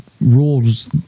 rules